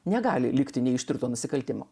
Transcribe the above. negali likti neištirtų nusikaltimo